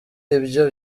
ibyo